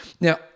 Now